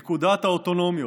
נקודת האוטונומיות,